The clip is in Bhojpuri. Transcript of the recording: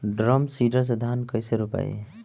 ड्रम सीडर से धान कैसे रोपाई?